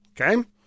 Okay